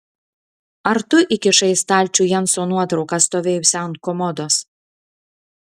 ar tu įkišai į stalčių jenso nuotrauką stovėjusią ant komodos